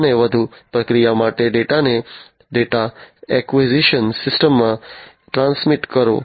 અને વધુ પ્રક્રિયા માટે ડેટાને ડેટા એક્વિઝિશન સિસ્ટમમાં ટ્રાન્સમિટ કરો